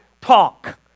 talk